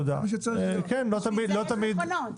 בשביל זה יש מכונות.